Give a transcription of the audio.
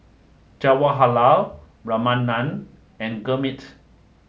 Jawaharlal Ramanand and Gurmeet